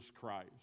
Christ